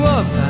up